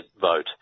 vote